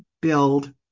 build